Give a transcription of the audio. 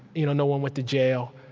you know no one went to jail.